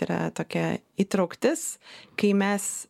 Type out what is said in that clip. yra tokia įtrauktis kai mes